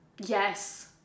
Yes